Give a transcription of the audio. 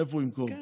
איפה הוא ימכור?